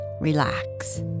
Relax